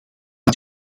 dat